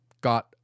got